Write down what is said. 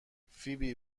فیبی